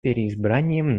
переизбранием